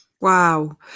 Wow